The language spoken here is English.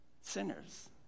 sinners